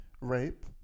rape